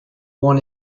won